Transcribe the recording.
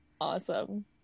Awesome